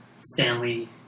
Stanley